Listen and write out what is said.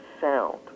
sound